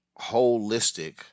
holistic